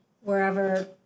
wherever